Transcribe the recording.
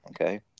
okay